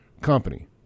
company